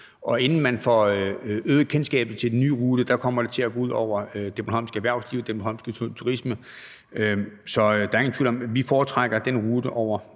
Inden man får øget kendskabet til den nye rute, kommer det til at gå ud over det bornholmske erhvervsliv, den bornholmske turisme, så der er ingen tvivl om, at vi foretrækker den rute over